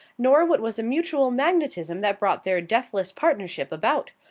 nor what was the mutual magnetism that brought their deathless partnership about.